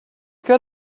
got